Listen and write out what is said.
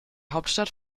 hauptstadt